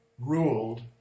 ruled